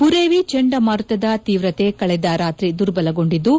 ಬುರೇವಿ ಚಂಡಮಾರುತದ ತೀವ್ರತೆ ಕಳೆದ ರಾತ್ರಿ ದುರ್ಬಲಗೊಂಡಿದ್ದು